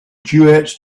duets